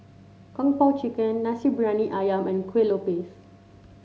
Kung Po Chicken Nasi Briyani ayam and Kueh Lopes